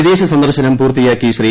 വിദേശ സന്ദർശനം പൂർത്തിയാക്കി ശ്രീ